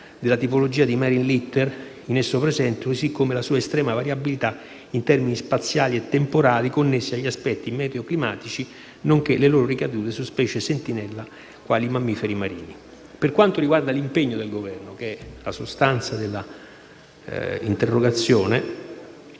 della tipologia di *marine litter* in esso presente, così come la sua estrema variabilità in termini spaziali e temporali connessi agli aspetti meteoclimatici nonché le loro ricadute su specie "sentinella" quali i mammiferi marini. Per quanto riguarda l'impegno del Governo, che è la sostanza dell'interrogazione,